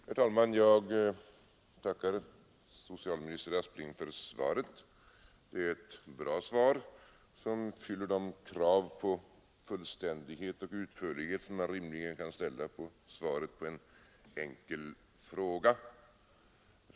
Herr talman! Jag tackar socialminister Aspling för svaret. Det är ett bra svar, som fyller det krav på fullständighet och utförlighet som man rimligen kan ställa på svaret på en enkel fråga.